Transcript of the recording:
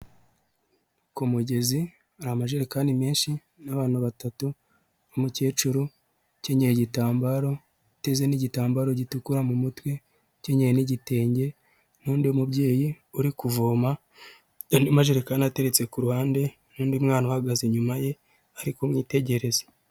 Ku mugezi hari amajerekani menshi n'abantu batatu, umukecuru ukenyeye igitambaro uteze n'igitambaro gitukura mu mutwe ukenyeye n'igitenge n'undi mubyeyi uri kuvoma, andi majerekani ateretse ku ruhande n'undi mwana uhagaze inyuma ye ari kumwitegereza.